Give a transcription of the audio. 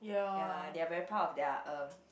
ya they're very proud of their um